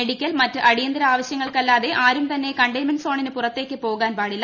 medical മറ്റ് അടിയന്തര ആവശ്യങ്ങൾക്കല്ലാതെ ആരുംതന്നെ കണ്ടെയിൻമെന്റ് സോണിനു പുറത്തേക്ക് പോകാൻ പാടില്ല